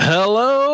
Hello